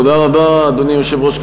אדוני היושב-ראש,